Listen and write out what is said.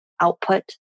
Output